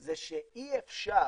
זה שאי אפשר